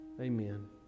Amen